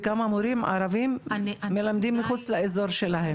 וכמה מורים ערבים מלמדים מחוץ לאזור שלהם.